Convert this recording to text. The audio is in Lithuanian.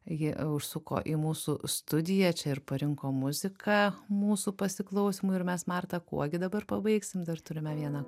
ji užsuko į mūsų studiją čia ir parinko muziką mūsų pasiklausymui ir mes marta kuo gi dabar pabaigsim dar turime vieną